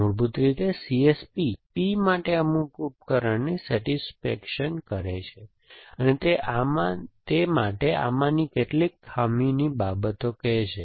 મૂળભૂત રીતે CSP P માટે અમુક ઉપકરણને સેટિસ્ફેક્શન કરે તે માટે આમાંની કેટલીક ખામીની બાબતો કહેશે